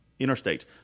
interstates